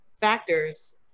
factors